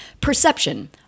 Perception